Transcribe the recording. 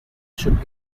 should